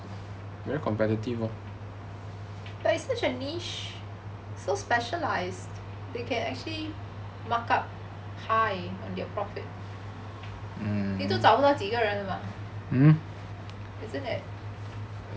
but it's such a niche so specialised they can actually mark up high on their profit 你都找不到几个人 [what] isn't it